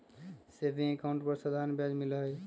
saving account पर साधारण ब्याज मिला हई